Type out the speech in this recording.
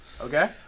Okay